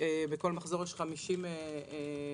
בכל מחזור 50 אנשים.